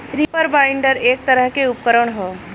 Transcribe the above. reaper binder एक तरह के उपकरण ह